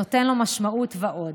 ונותן לו משמעות ועוד.